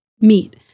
meet